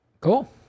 Cool